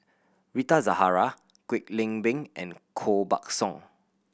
Rita Zahara Kwek Leng Beng and Koh Buck Song